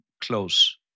close